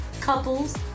couples